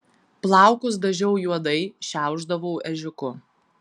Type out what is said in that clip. plaukus dažiau juodai šiaušdavau ežiuku